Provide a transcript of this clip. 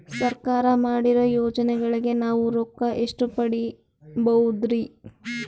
ಸರ್ಕಾರ ಮಾಡಿರೋ ಯೋಜನೆಗಳಿಗೆ ನಾವು ರೊಕ್ಕ ಎಷ್ಟು ಪಡೀಬಹುದುರಿ?